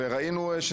גם ראינו,